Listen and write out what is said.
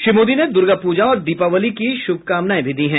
श्री मोदी ने दुर्गा पूजा और दीपावली की शुभकामनाएं भी दी हैं